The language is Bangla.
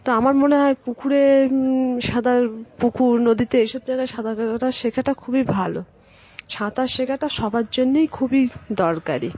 তো আমার মনে হয় পুকুরে সাঁতার পুকুর নদীতে এইসব জায়গায় সাঁতার কাটা শেখাটা খুবই ভালো সাঁতার শেখাটা সবার জন্যেই খুবই দরকারি